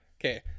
okay